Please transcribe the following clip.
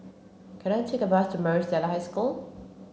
can I take a bus to Maris Stella High School